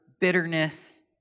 bitterness